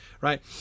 Right